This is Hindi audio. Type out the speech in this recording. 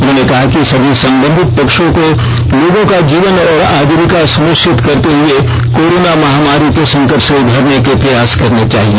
उन्होंने कहा कि सभी संबंधित पक्षों को लोगों का जीवन और आजीविका सुनिश्चित करते हुए कोरोना महामारी के संकट से उमरने के प्रयास करने चाहिए